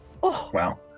wow